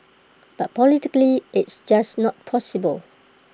but politically it's just not possible